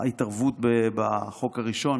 ההתערבות בחוק הראשון,